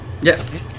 Yes